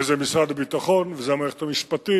וזה משרד הביטחון וזה המערכת המשפטית